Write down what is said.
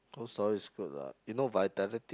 Cold Storage is good lah you know Vitality